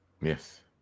Yes